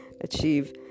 achieve